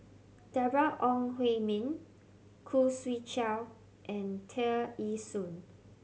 Deborah Ong Hui Min Khoo Swee Chiow and Tear Ee Soon